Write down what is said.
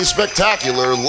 Spectacular